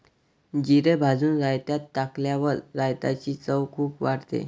जिरे भाजून रायतात टाकल्यावर रायताची चव खूप वाढते